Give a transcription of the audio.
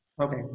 okay